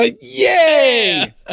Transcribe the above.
Yay